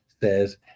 says